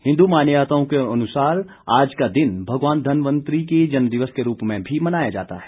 हिन्दू मान्यताओं के अनुसार आज का दिन भगवान धनवंतरी के जन्मदिवस के रूप में भी मनाया जाता है